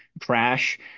crash